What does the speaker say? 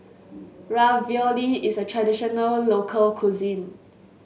ravioli is a traditional local cuisine